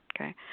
Okay